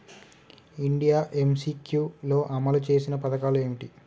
India MCQ లో అమలు చేసిన పథకాలు ఏమిటి?